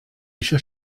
eisiau